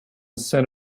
send